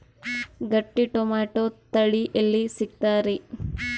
ಗಟ್ಟಿ ಟೊಮೇಟೊ ತಳಿ ಎಲ್ಲಿ ಸಿಗ್ತರಿ?